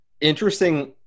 interesting